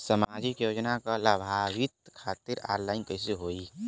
सामाजिक योजना क लाभान्वित खातिर ऑनलाइन कईसे होई?